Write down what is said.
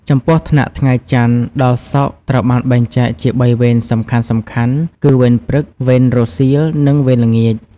ចំពោះថ្នាក់ថ្ងៃច័ន្ទ ដល់ សុក្រ ត្រូវបានបែងចែកជា បីវេនសំខាន់ គឺ វេនព្រឹក វេនរសៀល និងវេនល្ងាច។